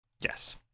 Yes